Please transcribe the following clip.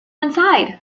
inside